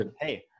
Hey